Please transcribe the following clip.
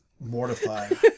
mortified